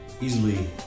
easily